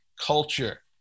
culture